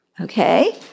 Okay